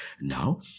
Now